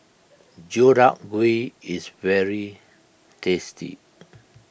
Deodeok Gui is very tasty